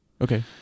Okay